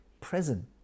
present